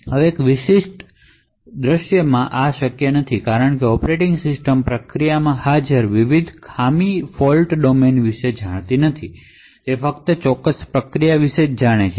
હવે અહી આ શક્ય નથી કારણ કે ઑપરેટિંગ સિસ્ટમ પ્રોસેસમાં હાજર વિવિધ ફોલ્ટ ડોમેન વિશે જાણતી નથી તે ફક્ત તે પ્રોસેસ વિશે જ જાણે છે